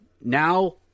now